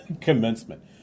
commencement